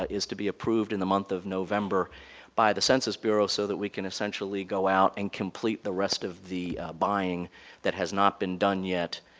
ah is to be approved in the month of november by the census bureau, so we can essentially go out and complete the rest of the buying that has not been done yet,